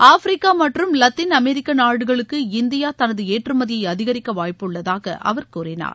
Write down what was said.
Africa மற்றும் இலத்தீன் அமெரிக்க நாடுகளுக்கு இந்தியா தனது ஏற்றுமதியை அதிகரிக்க வாய்ப்புள்ளதாக அவர் கூறினார்